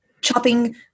chopping